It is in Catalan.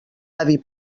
avi